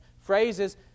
phrases